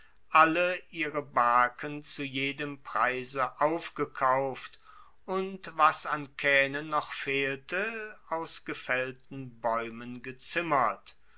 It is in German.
alle ihre barken zu jedem preise aufgekauft und was an kaehnen noch fehlte aus gefaellten baeumen gezimmert